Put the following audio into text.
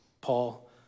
Paul